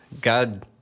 God